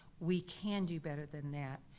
we can do better than that,